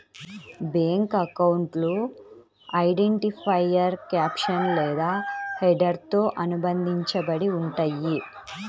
bank అకౌంట్లు identifier caption లేదా హెడర్తో అనుబంధించబడి ఉంటయ్యి